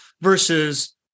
versus